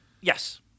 Yes